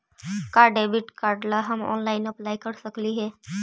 का debit card ला हम ऑनलाइन अप्लाई कर सकली हे?